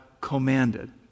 commanded